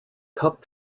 cup